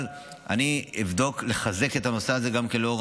אבל אני אבדוק, לחזק את הנושא הזה, גם לאור